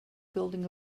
building